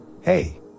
Hey